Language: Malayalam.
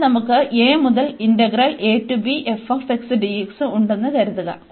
അതിനാൽ നമുക്ക് ഇന്റഗ്രൽ a മുതൽ ഉണ്ടെന്ന് കരുതുക